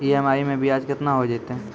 EMI मैं ब्याज केतना हो जयतै?